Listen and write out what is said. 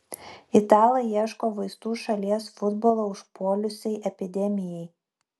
italai ieško vaistų šalies futbolą užpuolusiai epidemijai